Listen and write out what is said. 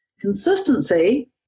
consistency